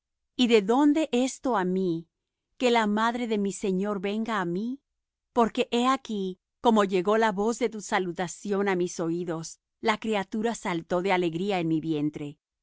y de dónde esto á mí que la madre de mi señor venga á mí porque he aquí como llegó la voz de tu salutación á mis oídos la criatura saltó de alegría en mi vientre